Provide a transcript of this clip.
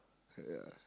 yeah